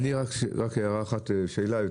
שאלה.